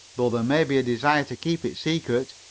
though there may be a desire to keep it secret,